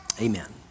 Amen